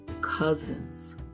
cousins